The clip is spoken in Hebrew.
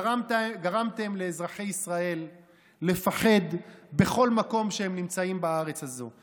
גרמתם לאזרחי ישראל לפחד בכל מקום שהם נמצאים בארץ הזו.